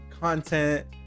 content